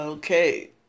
Okay